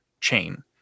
chain